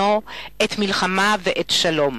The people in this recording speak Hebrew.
עת מלחמה ועת שלום.